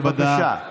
בבקשה.